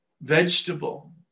vegetable